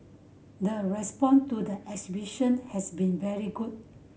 the response to the exhibition has been very good